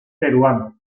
peruano